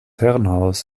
herrenhaus